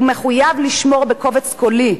הוא מחויב לשמור בקובץ קולי,